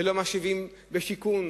ולא המשאבים בשיכון.